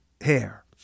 hair